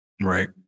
Right